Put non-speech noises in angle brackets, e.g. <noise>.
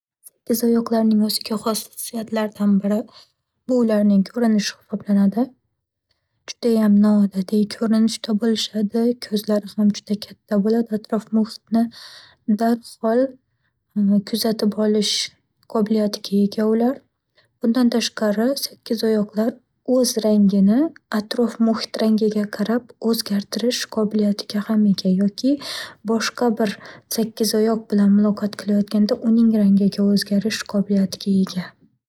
Sakkizoyoqlarning o'ziga xos xususiyatlaridan biri, bu ularning ko'rinishi hisoblanadi. Judayam noodatiy ko'rinishda bo'lishadi. Ko'zlari ham juda katta bo'ladi. Atrof-muhitni darhol <hesitation> kuzatib olish qobiliyatiga ega ular. Bundan tashqari, sakkizoyoqlar o'z rangini atrof-muhit rangiga qarab o'zgartirish qobiliyatiga ham ega yoki boshqa bir sakkizoyoq bilan muloqot qilayotganda uning rangiga o'zgarish qobiliyatiga ega.